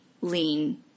lean